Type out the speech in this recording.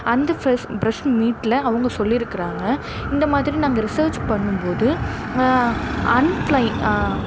அந்த press press மீட்ல அவங்க சொல்லியிருக்குறாங்க இந்த மாதிரி நாங்கள் ரிசர்ச் பண்ணும்போது அன்ஃபிளை